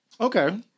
Okay